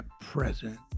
present